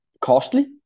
Costly